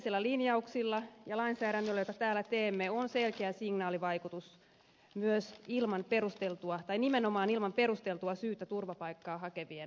poliittisilla linjauksilla ja lainsäädännöllä jota täällä teemme on selkeä signaalivaikutus myös ilman perusteltua tai nimenomaan ilman perusteltua syytä turvapaikkaa hakevien määrään